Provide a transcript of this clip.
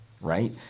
right